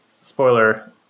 spoiler